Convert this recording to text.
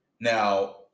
Now